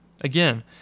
Again